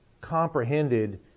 comprehended